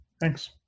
thanks